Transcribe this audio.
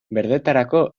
berdetarako